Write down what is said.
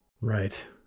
right